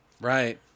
right